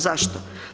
Zašto?